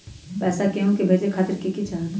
पैसा के हु के भेजे खातीर की की चाहत?